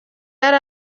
yari